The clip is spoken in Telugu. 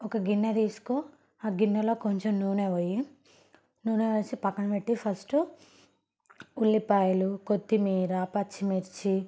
ఒక గిన్నె తీసుకో ఆ గిన్నెలో కొంచం నూనె పొయ్యి నూనె పోసి పక్కన పెట్టి ఫస్ట్ ఉల్లిపాయలు కొత్తిమీర పచ్చిమిర్చి